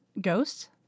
ghosts